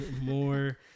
more